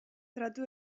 tratu